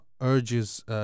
urges